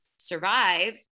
survive